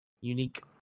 unique